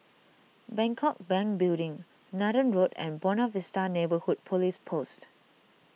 Bangkok Bank Building Nathan Road and Buona Vista Neighbourhood Police Post